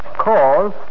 cause